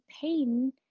pain